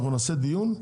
אנחנו נעשה דיון,